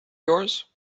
yours